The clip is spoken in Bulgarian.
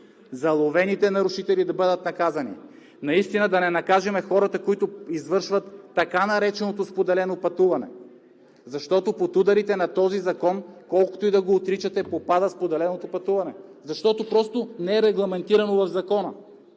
заловените нарушители да бъдат наказани. Да не наказваме хората, които извършват така нареченото споделено пътуване, защото под ударите на този закон, колкото и да го отричате, попада споделеното пътуване, защото не е регламентирано в Закона.